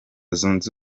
zunze